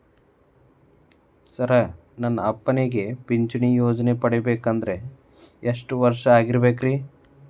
Sir ನನ್ನ ಅಪ್ಪನಿಗೆ ಪಿಂಚಿಣಿ ಯೋಜನೆ ಪಡೆಯಬೇಕಂದ್ರೆ ಎಷ್ಟು ವರ್ಷಾಗಿರಬೇಕ್ರಿ?